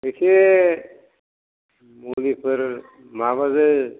इसे मुलिफोर माबागोर